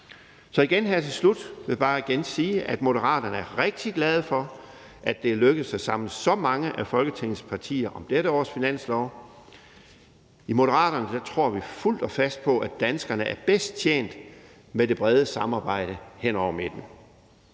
Så her til slut vil jeg bare igen sige, at Moderaterne er rigtig glade for, at det er lykkedes at samle så mange af Folketingets partier om dette års finanslov. I Moderaterne tror vi fuldt og fast på, at danskerne er bedst tjent med det brede samarbejde hen over midten.